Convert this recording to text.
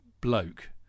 bloke